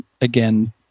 again